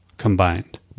Combined